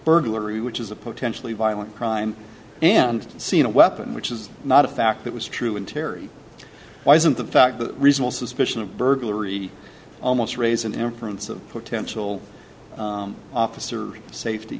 burglary which is a potentially violent crime and seen a weapon which is not a fact that was true in terry why isn't the fact that reasonable suspicion of burglary almost raise an inference of potential officer safety